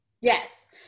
Yes